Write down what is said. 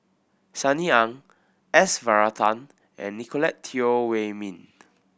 Sunny Ang S Varathan and Nicolette Teo Wei Min